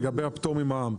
לגבי הפטור ממע"מ.